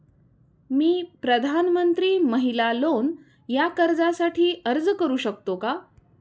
मी प्रधानमंत्री महिला लोन या कर्जासाठी अर्ज करू शकतो का?